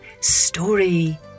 Story